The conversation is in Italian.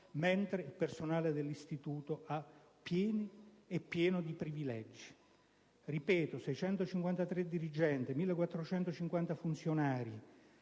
mentre il personale dell'Istituto è pieno di privilegi. Ripeto: 653 dirigenti e 1.450 funzionari